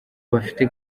bafite